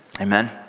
amen